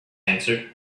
answered